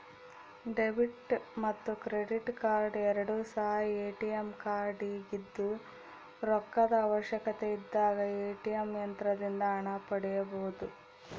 debit ಮತ್ತು credit card ಎರಡು ಸಹ ಎ.ಟಿ.ಎಂ ಕಾರ್ಡಾಗಿದ್ದು ರೊಕ್ಕದ ಅವಶ್ಯಕತೆಯಿದ್ದಾಗ ಎ.ಟಿ.ಎಂ ಯಂತ್ರದಿಂದ ಹಣ ಪಡೆಯಬೊದು